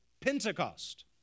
Pentecost